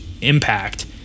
impact